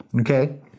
Okay